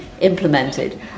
implemented